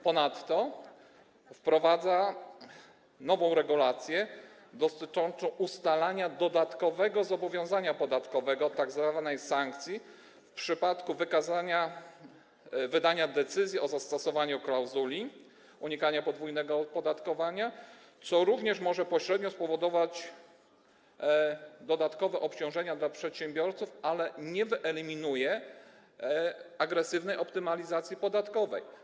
Ponadto ustawa wprowadza nową regulację dotyczącą ustalania dodatkowego zobowiązania podatkowego, tzw. sankcji, w przypadku wydania decyzji o zastosowaniu klauzuli unikania podwójnego opodatkowania, co również może pośrednio spowodować dodatkowe obciążenia dla przedsiębiorców, ale nie wyeliminuje agresywnej optymalizacji podatkowej.